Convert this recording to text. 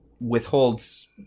withholds